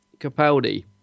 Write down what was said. Capaldi